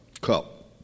cup